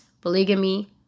polygamy